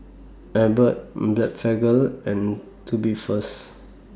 Abbott Blephagel and Tubifast